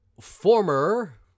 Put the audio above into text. former